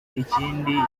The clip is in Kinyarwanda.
ikindi